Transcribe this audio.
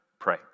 Pray